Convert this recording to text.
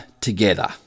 together